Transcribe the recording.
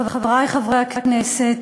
חברי חברי הכנסת,